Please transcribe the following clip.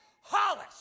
Hollis